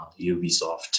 Ubisoft